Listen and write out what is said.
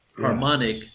harmonic